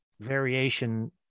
variation